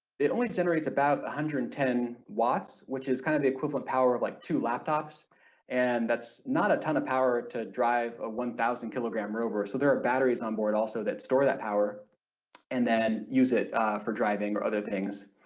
it only generates about one hundred and ten watts which is kind of the equivalent power of like two laptops and that's not a ton of power to drive a one thousand kilogram rover so there are batteries on board also that store that power and then use it for driving or other things.